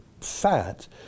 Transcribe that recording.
fat